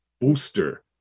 booster